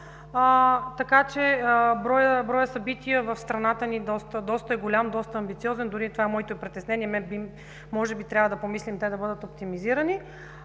ниво. Броят събития в страната ни е доста голям, доста амбициозен. Това е моето притеснение, може би трябва да помислим те да бъдат оптимизирани.